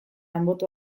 anboto